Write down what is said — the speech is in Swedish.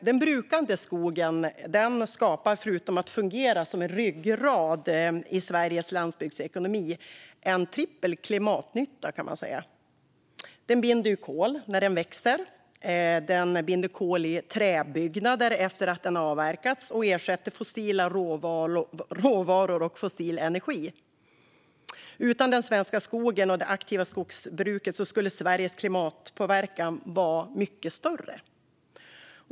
Den brukade skogen skapar, förutom att fungera som en ryggrad i Sveriges landsbygdsekonomi, en trippel klimatnytta. Den binder kol när den växer, den binder kol i träbyggnader efter att den har avverkats och den ersätter fossila råvaror och fossil energi. Utan den svenska skogen och det aktiva skogsbruket skulle Sveriges klimatpåverkan vara mycket större.